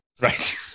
Right